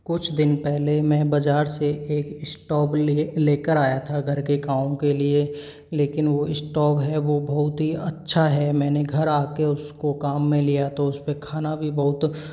कुछ दिन पहले मैं बाजार से एक स्टॉव लेकर आया था घर के गाँव के लिए लेकिन वो स्टॉव है बहुत ही अच्छा है मैंने घर आके उस को काम में लिया तो उस पे खाना भी बहुत ही अच्छा